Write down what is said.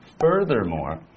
furthermore